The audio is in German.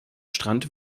strand